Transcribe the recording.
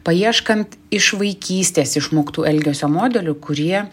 paieškant iš vaikystės išmoktų elgesio modelių kurie